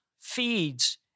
feeds